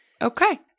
Okay